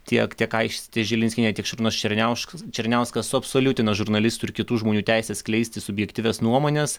tiek tiek aistė žilinskienė tiek šarūnas černiauškas černiauskas suabsoliutino žurnalistų ir kitų žmonių teisę skleisti subjektyvias nuomones